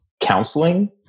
counseling